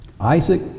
Isaac